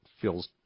feels